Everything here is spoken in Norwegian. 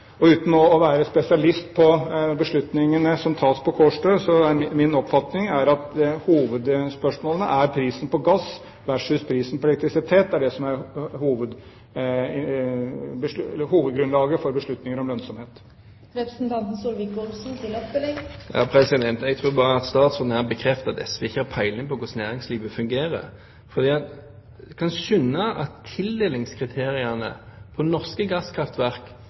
Uten å være spesialist på beslutningene som tas på Kårstø, er min oppfatning at hovedspørsmålet er prisen på gass versus prisen på elektrisitet – det er det som er hovedgrunnlaget for beslutninger om lønnsomhet. Jeg tror bare statsråden her bekrefter at SV ikke har peiling på hvordan næringslivet fungerer. En må skjønne at tildelingskriteriene ved norske gasskraftverk